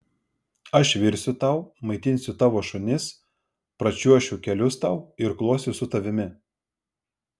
aš virsiu tau maitinsiu tavo šunis pračiuošiu kelius tau irkluosiu su tavimi